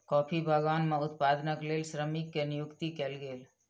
coffee बगान में उत्पादनक लेल श्रमिक के नियुक्ति कयल गेल